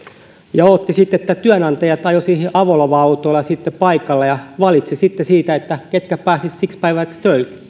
ja odottivat sitten että työnantajat ajoivat siihen avolava autoilla paikalle ja valitsivat sitten siitä ketkä pääsisivät siksi päiväksi